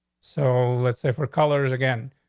so let's say four colors again.